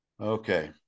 okay